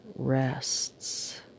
Rests